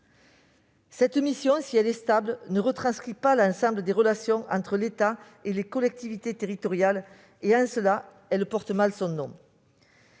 Cette mission, si elle est stable, ne retranscrit pas l'ensemble des relations entre l'État et les collectivités territoriales et, en cela, elle porte mal son nom.